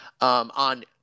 on